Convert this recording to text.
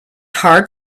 hard